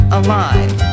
alive